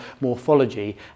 morphology